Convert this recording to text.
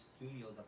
studios